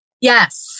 Yes